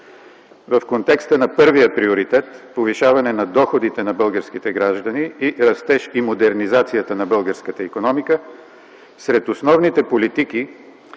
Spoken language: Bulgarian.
В контекста на първия приоритет – повишаване на доходите на българските граждани и растеж и модернизацията на българската икономика, сред основните политики